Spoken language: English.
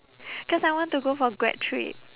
cause I want to go for grad trip